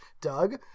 Doug